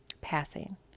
passing